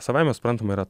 savaime suprantama yra